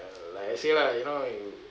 uh like I say lah you know you